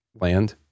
land